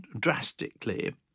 drastically